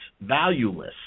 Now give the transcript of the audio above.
valueless